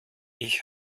ich